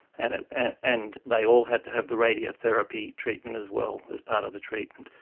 and ah and and they all had to have the radiotherapy treatment as well as part of the treatment,